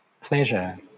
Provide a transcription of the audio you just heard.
pleasure